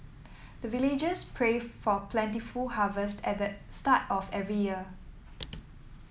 the villagers pray for plentiful harvest at the start of every year